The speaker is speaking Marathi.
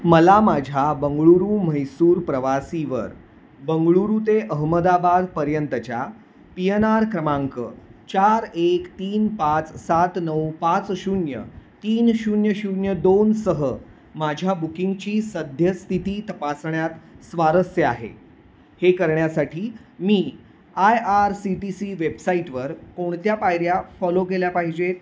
मला माझ्या बंगळूरू म्हैसूर प्रवासीवर बंगळूरू ते अहमदाबादपर्यंतच्या पी एन आर क्रमांक चार एक तीन पाच सात नऊ पाच शून्य तीन शून्य शून्य दोनसह माझ्या बुकिंगची सद्यस्थिती तपासण्यात स्वारस्य आहे हे करण्यासाठी मी I R C T C वेबसाईटवर कोणत्या पायऱ्या फॉलो केल्या पाहिजेत